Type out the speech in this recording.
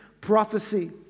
prophecy